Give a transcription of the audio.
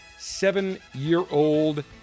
Seven-year-old